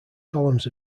columns